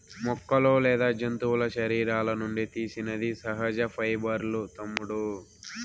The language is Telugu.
మొక్కలు లేదా జంతువుల శరీరాల నుండి తీసినది సహజ పైబర్లూ తమ్ముడూ